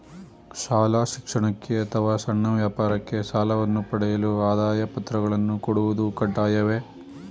ಶಾಲಾ ಶಿಕ್ಷಣಕ್ಕೆ ಅಥವಾ ಸಣ್ಣ ವ್ಯಾಪಾರಕ್ಕೆ ಸಾಲವನ್ನು ಪಡೆಯಲು ಆದಾಯ ಪತ್ರಗಳನ್ನು ಕೊಡುವುದು ಕಡ್ಡಾಯವೇ?